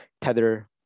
Tether